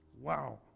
Wow